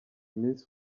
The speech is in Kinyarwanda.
iminsi